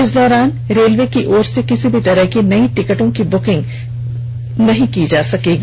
इस दौरान रेलवे की ओर से किसी भी तरह की नई टिकटों की बुकिंग भी नहीं की जायेगी